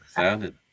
sounded